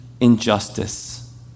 injustice